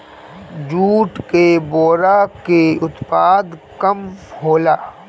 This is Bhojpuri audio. जूट के बोरा के उत्पादन कम होला